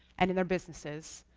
and in their businesses,